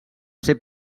ser